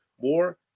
more